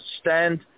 stand